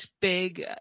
big